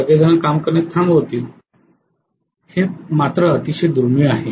सगळेजण काम करणे थांबवतील हे अतिशय दुर्मिळ आहे